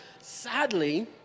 Sadly